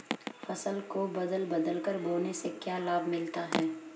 फसल को बदल बदल कर बोने से क्या लाभ मिलता है?